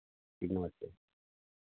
ठीक नमस्ते